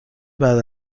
بعد